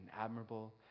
admirable